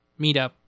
meetup